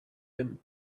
him